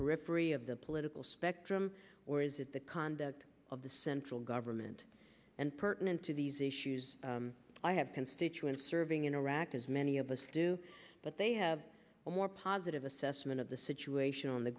periphery of the political spectrum or is it the conduct of the central government and pertinent to these issues i have constituents serving in iraq as many of us do but they have a more positive assessment of the situation on the